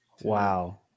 Wow